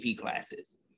classes